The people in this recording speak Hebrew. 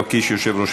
חבר הכנסת יואב קיש,